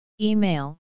Email